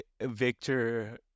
Victor